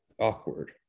awkward